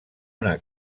una